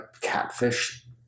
catfish